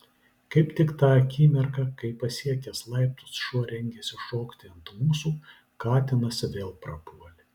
kaip tik tą akimirką kai pasiekęs laiptus šuo rengėsi šokti ant mūsų katinas vėl prapuolė